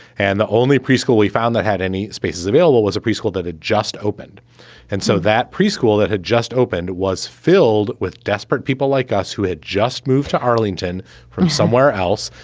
and the only pre-school we found that had any spaces available was a preschool that had just opened and so that preschool that had just opened was filled with desperate people like us who had just moved to arlington from somewhere else.